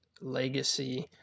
legacy